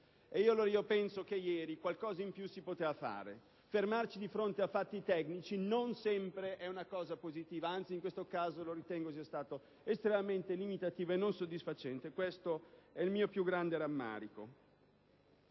E allora ieri qualcosa in più si poteva fare. Fermarci di fronte a fatti tecnici non sempre è positivo, anzi in questo caso ritengo sia stato estremamente limitativo e non soddisfacente. Questo è il mio più grande rammarico.